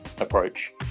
approach